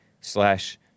slash